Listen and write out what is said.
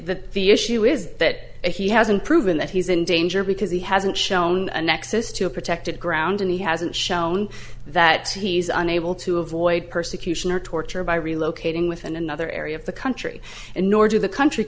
that the issue is that if he hasn't proven that he's in danger because he hasn't shown a nexus to a protected ground and he hasn't shown that he's unable to avoid persecution or torture by relocating within another area of the country and nor do the country